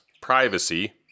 privacy